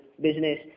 business